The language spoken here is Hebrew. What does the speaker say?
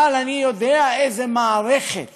אבל אני יודע איזו מערכת